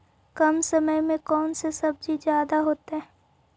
कम समय में कौन से सब्जी ज्यादा होतेई?